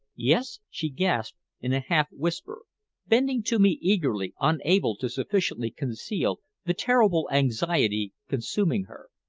yes? she gasped, in a half-whisper, bending to me eagerly, unable to sufficiently conceal the terrible anxiety consuming her.